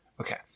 Okay